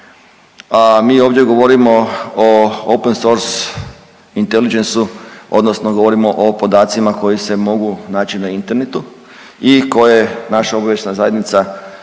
a mi ovdje govorimo o open source intelligenceu odnosno govorimo o podacima koji se mogu naći na internetu i koje naša obavještajna zajednica treba